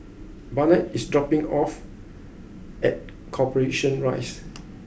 Barnett is dropping off at Corporation Rise